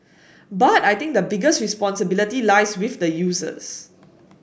but I think the biggest responsibility lies with the users